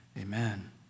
amen